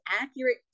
accurate